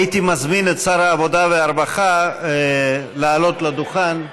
הייתי מזמין את שר העבודה והרווחה לעלות לדוכן,